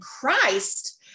Christ